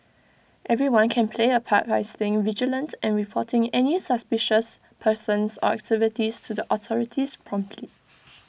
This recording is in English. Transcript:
everyone can play A part by staying vigilant and reporting any suspicious persons or activities to the authorities promptly